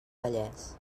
vallès